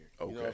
okay